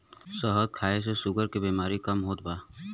शहद खाए से शुगर के बेमारी कम होत बा